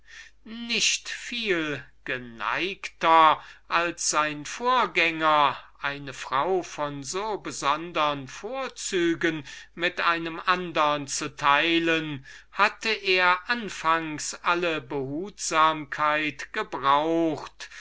nicht viel geneigter als sein vorgänger eine frau von so besondern vorzügen mit einem andern und wenn es jupiter selbst gewesen wäre zu teilen hatte er anfangs alle behutsamkeit gebraucht